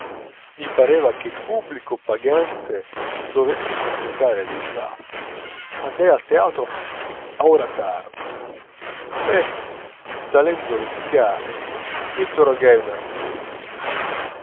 mi pareva che il pubblico pagante dovesse completare il disastro andai al teatro a ora tarda e salendo le scale interrogai un artista